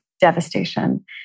devastation